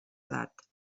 edat